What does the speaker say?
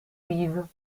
vives